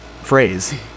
phrase